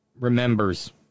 remembers